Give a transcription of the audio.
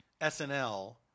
SNL